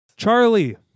Charlie